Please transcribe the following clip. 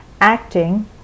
acting